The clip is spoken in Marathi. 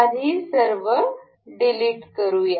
आधी सर्व डिलीट करू या